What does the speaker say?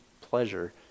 pleasure